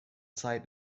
zeit